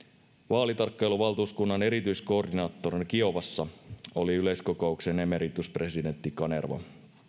vaalitarkkailuvaltuuskunnan erityiskoordinaattorina kiovassa oli yleiskokouksen emerituspresidentti kanerva